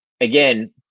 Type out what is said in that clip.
again